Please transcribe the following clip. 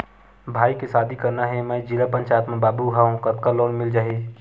भाई के शादी करना हे मैं जिला पंचायत मा बाबू हाव कतका लोन मिल जाही?